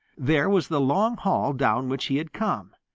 there was the long hall down which he had come.